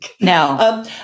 Now